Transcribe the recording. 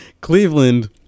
Cleveland